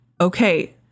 Okay